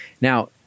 Now